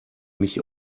mich